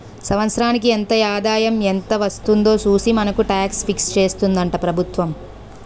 సంవత్సరానికి ఎంత ఆదాయం ఎంత వస్తుందో చూసి మనకు టాక్స్ ఫిక్స్ చేస్తుందట ప్రభుత్వం